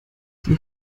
die